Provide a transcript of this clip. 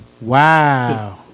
Wow